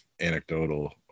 anecdotal